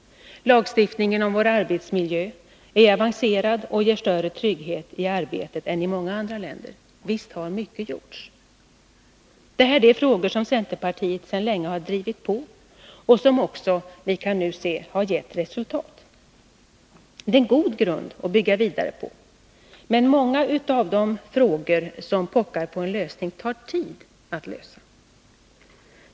Lagstiftningen om vår arbetsmiljö är avancerad och ger större trygghet i arbetet än i många andra länder. Visst har mycket gjorts. Detta är frågor som centerpartiet sedan länge har drivit på och som också vi nu kan se har gett resultat. Det är en god grund att bygga vidare på, men många av de frågor som pockar på en lösning tar tid att lösa.